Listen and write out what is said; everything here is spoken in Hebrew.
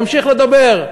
נמשיך לדבר,